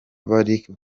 bari